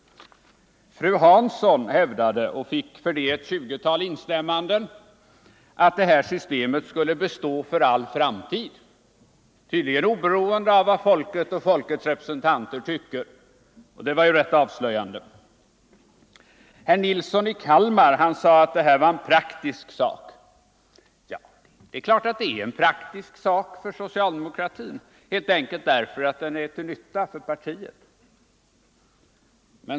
Fru Hansson hävdade, och fick för det ett 20-tal instämmanden, att det här systemet skulle bestå för all framtid — tydligen oberoende av vad folket och folkets representanter tycker och det var ju rätt avslöjande. Herr Nilsson i Kalmar sade att detta var en praktisk sak. Ja, det är klart att det är en praktisk sak för socialdemokratin helt enkelt därför att den är till nytta för partiet.